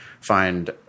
find